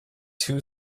two